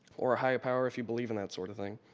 or a higher power if you believe in that sorta thing.